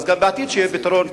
אז שיהיה פתרון בעתיד,